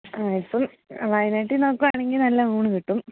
ആ ഇപ്പം വയനാട്ടിൽ നോക്കുകയാണെങ്കിൽ നല്ല ഊണ് കിട്ടും